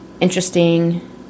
interesting